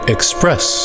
Express